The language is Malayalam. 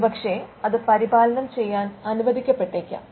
ഒരുപക്ഷേ അത് പരിപാലനം ചെയ്യാൻ അനുവദിക്കപ്പെട്ടേക്കാം